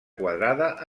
quadrada